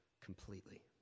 completely